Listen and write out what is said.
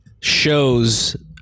shows